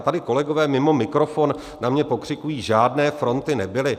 Tady kolegové mimo mikrofon na mě pokřikují, žádné fronty nebyly.